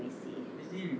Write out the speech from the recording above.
we see